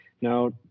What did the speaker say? Now